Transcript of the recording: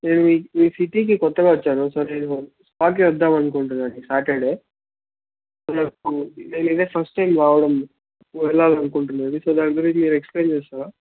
ఏవి నేను సిటీకి కొత్తగా వచ్చాను సో నేను స్పాకి వద్దామనుకుంటున్నాను సాటర్డే నాకు నేను ఇదే ఫస్ట్ టైం రావడము వెళ్లాలనుకుంటున్నది సో ఇమ్మీడియేటగా ఎక్సప్లయిన్ చేస్తారా